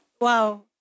Wow